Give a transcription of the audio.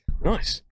Nice